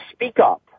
speakup